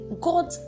God